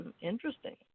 interesting